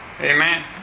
Amen